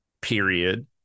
period